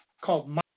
called